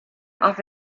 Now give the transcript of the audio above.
off